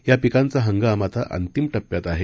या पिकांचा हंगाम आता अंतिम टप्प्यात आहे